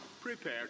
prepare